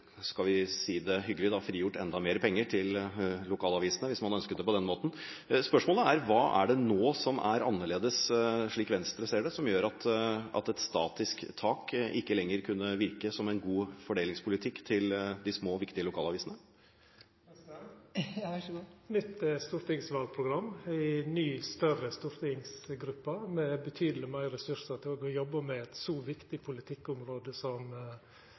skal si det hyggelig – frigjort enda mer penger til lokalavisene, hvis man ønsket det på den måten. Spørsmålet er: Hva er det nå som er annerledes, slik Venstre ser det, som gjør at et statisk tak ikke lenger kan virke som en god fordelingspolitikk til de små, viktige lokalavisene? Svaret på spørsmålet er: Nytt stortingsvalprogram, ei ny og større stortingsgruppe med betydeleg meir ressursar til å jobba med eit så viktig politikkområde som